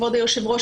כבוד היושב-ראש,